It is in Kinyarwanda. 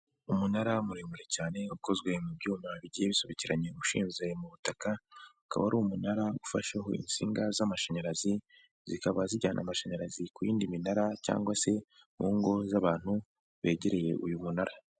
Umunara muremure cyane ukozwe mu byuma bigiye bisobekeranye ushinze mu butaka, akaba ari umunara ufasheho insinga z'amashanyarazi zikaba zijyana amashanyarazi ku y'indi minara cyangwa se mu ngo z'abantu begereye uyu munara.